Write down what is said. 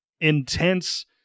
intense